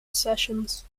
sessions